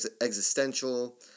existential